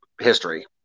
history